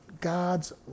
God's